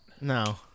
No